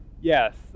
Yes